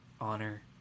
honor